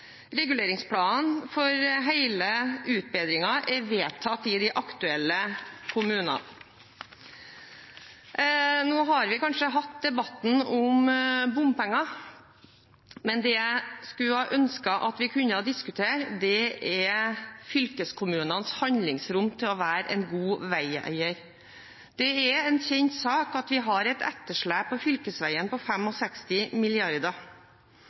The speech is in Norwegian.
Reguleringsplanen for hele utbedringen er vedtatt i de aktuelle kommunene. Nå har vi kanskje hatt debatten om bompenger, men det jeg skulle ønske at vi kunne diskutere, er fylkeskommunenes handlingsrom til å være en god veieier. Det er en kjent sak at vi har et etterslep på fylkesveiene på